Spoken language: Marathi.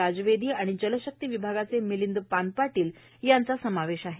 राजवेदी आणि जल शक्ती विभागाचे मिलिंद पानपापील यांचा समावेश आहे